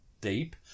deep